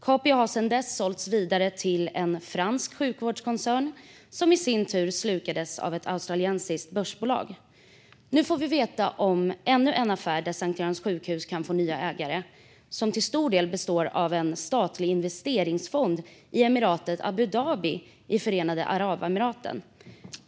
Capio har sedan dess sålts vidare till en fransk sjukvårdskoncern, som i sin tur slukades av ett australiskt börsbolag. Nu får vi höra om ännu en affär där Sankt Görans sjukhus kan få nya ägare, som till stor del består av en statlig investeringsfond i emiratet Abu Dhabi i Förenade Arabemiraten.